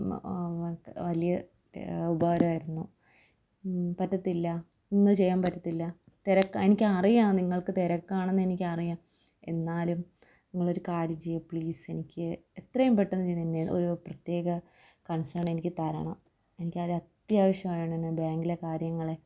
വലിയ ഉപകാരമായിരുന്നു പറ്റത്തില്ല ഇന്ന് ചെയ്യാൻ പറ്റത്തില്ല തിരക്കാണ് എനിക്കറിയാം നിങ്ങൾക്ക് തിരക്കാണെന്നെനിക്കറിയാം എന്നാലും നിങ്ങളൊരു കാര്യം ചെയ്യുമോ പ്ലീസ് എനിക്ക് എത്രയും പെട്ടെന്ന് എന്നെ ഒരു പ്രത്യേക കൺസേൺ എനിക്ക് തരണം എനിക്കത് അത്യാവശ്യമായതുകൊണ്ടാണ് ബാങ്കിലെ കാര്യങ്ങളെ